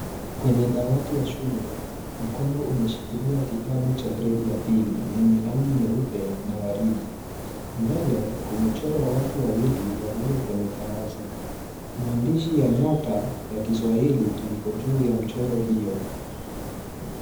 Kwenye dawati ya shule, mkono umeshikilia kitabu cha gredi ya pili lenye rangi nyeupe na waridi. Mbele kumechorwa watu wawili walio kwenye farasi. Maandishi ya nyota ya Kiswahili liko juu ya mchoro hiyo.